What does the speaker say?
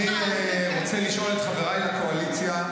אני רוצה לשאול את חבריי לקואליציה,